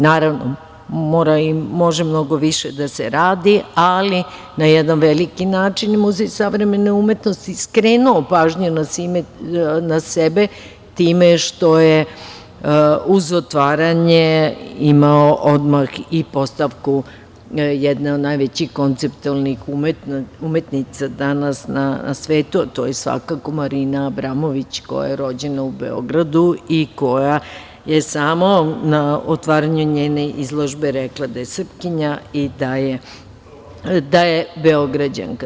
Naravno, može mnogo više da se radi, ali na jedan veliki način Muzej savremene umetnosti skrenuo je pažnju na sebe time što je uz otvaranje imao odmah i postavku jedne od najvećih konceptualnih umetnica danas na svetu, a to je svakako Marina Abramović, koja je rođena u Beogradu i koja na samom otvaranju njene izložbe rekla da je Srpkinja i da je Beograđanka.